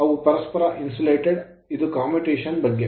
ಅವು ಪರಸ್ಪರ insulated ನಿರೋಧಕವಾಗಿವೆ ಇದು commutation ಕಮ್ಯುಟೇಶನ್ ಬಗ್ಗೆ